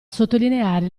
sottolineare